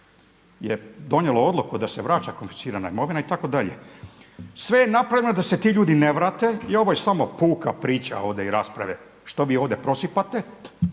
je donijelo odluku da se vraća konfiscirana imovina itd. Sve je napravljeno da se ti ljudi ne vrate i ovo je samo puka priča ovdje i rasprave što vi ovdje prosipate.